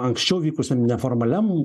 anksčiau vykusiam neformaliam